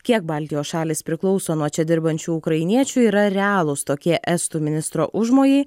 kiek baltijos šalys priklauso nuo čia dirbančių ukrainiečių ir ar realūs tokie estų ministro užmojai